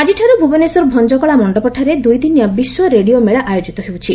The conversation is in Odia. ଆକିଠାରୁ ଭୁବନେଶ୍ୱର ଭଞ୍ଚକଳା ମଣ୍ଡପଠାରେ ଦୁଇଦିନିଆ ବିଶ୍ୱ ରେଡିଓ ମେଳା ଆୟୋଜିତ ହେଉଛି